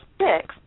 six